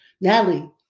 Natalie